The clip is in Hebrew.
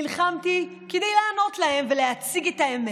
נלחמתי כדי לענות להם ולהציג את האמת.